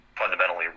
fundamentally